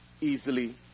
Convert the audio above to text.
easily